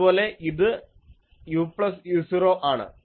അതുപോലെ ഇത് u plus u0 ആണ്